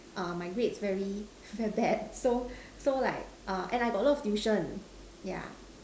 err my grades very very bad so so like err and I got a lot of tuition yeah